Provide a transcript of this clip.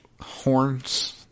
horns